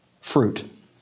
Fruit